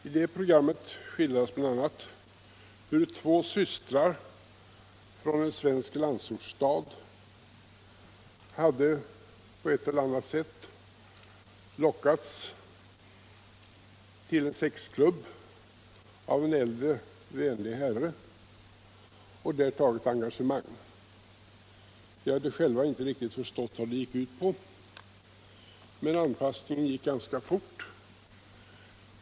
I det programmet skildrades bl.a. hur två systrar från en svensk landsortsstad hade på ett eller annat sält av en iäldre vänlig herre lockats till en sexklubb och där tagit engagemang. De hade själva inte riktigt förstått vad det gick ut på. men anpassningen gick ganska fort.